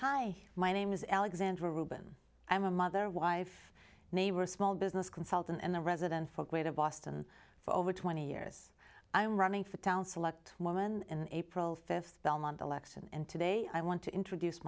hi my name is alexandra reuben i'm a mother wife neighbor small business consultant and the resident for greater boston for over twenty years i am running for town select woman in april fifth belmont election and today i want to introduce